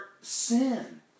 sin